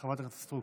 לחברת הכנסת סטרוק.